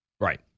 Right